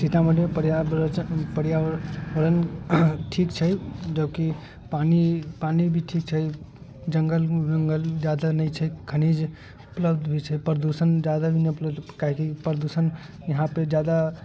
सीतामढ़ीमे पर्यावरण ठीक छै जे कि पानि पानि भी ठीक छै जङ्गल वङ्गल जादा नहि छै खनिज उपलब्ध भी छै प्रदूषण जादा नहि उपलब्ध काहेकि प्रदूषण यहाँपे जादा